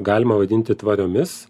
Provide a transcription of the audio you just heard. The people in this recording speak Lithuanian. galima vadinti tvariomis